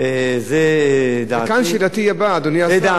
לדעתי, כך שלא צריך הרבה פניקה ודרמה.